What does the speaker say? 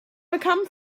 become